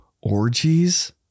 Orgies